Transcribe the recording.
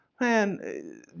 man